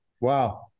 Wow